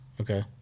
Okay